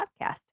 podcast